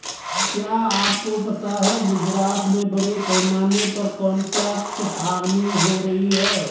क्या आपको पता है गुजरात में बड़े पैमाने पर कॉन्ट्रैक्ट फार्मिंग हो रही है?